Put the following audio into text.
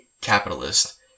capitalist